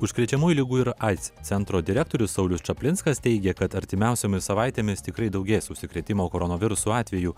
užkrečiamųjų ligų ir aids centro direktorius saulius čaplinskas teigia kad artimiausiomis savaitėmis tikrai daugės užsikrėtimo koronavirusu atvejų